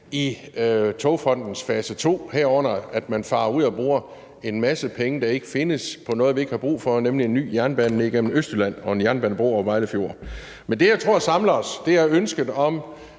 i Togfonden DK's fase to, herunder at man farer ud og bruger en masse penge, der ikke findes, på noget, vi ikke har brug for, nemlig en ny jernbane ned gennem Østjylland og en jernbanebro over Vejle Fjord. Men det, jeg tror samler os, er ønsket om